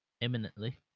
...imminently